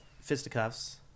fisticuffs